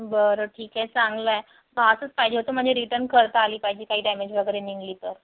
बरं ठीक आहे चांगलं आहे असंच पाहिजे होतं म्हणजे रिटर्न करता आली पाहिजे काही डॅमेज वगैरे निघाली तर